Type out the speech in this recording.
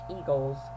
eagles